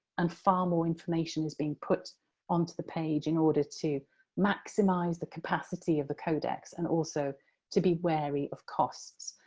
and far more information is being put onto the page in order to maximize the capacity of the codex and also to be wary of costs.